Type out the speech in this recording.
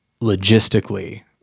logistically